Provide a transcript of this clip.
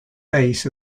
bass